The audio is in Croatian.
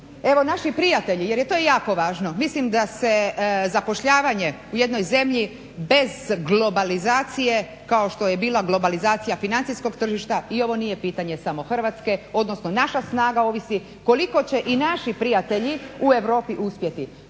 evo naši prijatelji, jer je to jako važno, mislim da se zapošljavanje u jednoj zemlji bez globalizacije kao što je bila globalizacija financijskog tržišta, i ovo nije pitanje samo Hrvatske, odnosno naša snaga ovisi koliko će i naši prijatelji u Europi uspjeti.